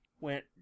went